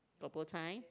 got bow tie